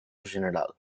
general